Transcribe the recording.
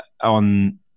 on